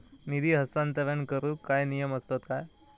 निधी हस्तांतरण करूक काय नियम असतत काय?